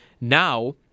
Now